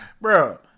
Bro